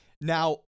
Now